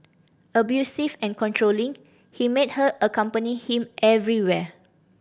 abusive and controlling he made her accompany him everywhere